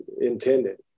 intended